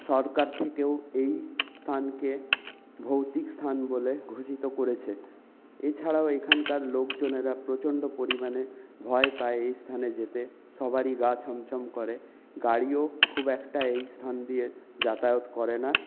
সরকার থেকেও এই স্থানকে ভৌতিক স্থান বলে ঘোষিত করেছে এছাড়াও এখানকার লোকজনেরা প্রচন্ড পরিমাণে ভয় পায় এই স্থানে যেতে সবারই গা ছমছম করে গাড়িও খুব একটা এই স্থান দিয়ে যাতায়াত করে না